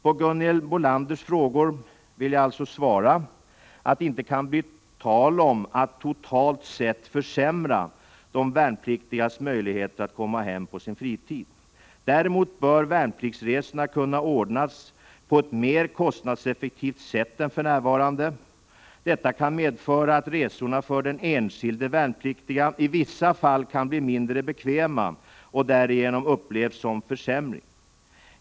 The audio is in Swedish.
På Gunhild Bolanders frågor vill jag alltså svara att det inte kan bli tal om att totalt sett försämra de värnpliktigas möjligheter att komma hem på sin fritid. Däremot bör värnpliktsresorna kunna ordnas på ett mera kostnadsef fektivt sätt än för närvarande. Detta kan medföra att resorna för den enskilde värnpliktige i vissa fall kan bli mindre bekväma och därigenom upplevas som försämrade.